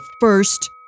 first